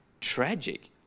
tragic